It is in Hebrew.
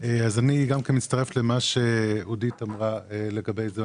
אז אני גם מצטרף למה שאודית אמרה לגבי זה.